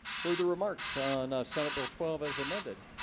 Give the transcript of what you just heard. further remarks on senate bill twelve as amended